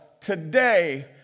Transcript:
today